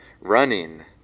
running